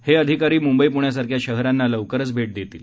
हे अधिकारी मुंबई प्ण्यासारख्या शहरांना लवकरच भेट देणार आहेत